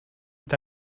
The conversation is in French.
est